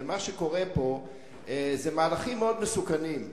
ומה שקורה פה זה מהלכים מאוד מסוכנים,